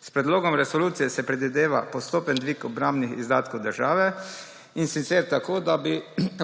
S predlogom resolucije se predvideva postopen dvig obrambnih izdatkov države, in sicer tako, da bi